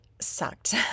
sucked